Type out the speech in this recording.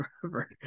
forever